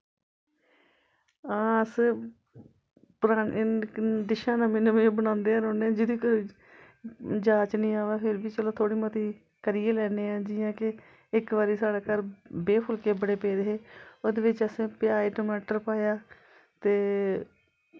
हां अस प्रा डिशां नमियां नमियां बनांदे गै रौह्ने जेह्दी जाच निं अवै फिर बी चलो थोह्ड़े मती करी गै लैन्ने आं जि'यां के इक बारी साढ़े घर बेह् फुल्के बड़े पेदे हे ओह्दे बिचिच असें प्याज टमाटर पाया ते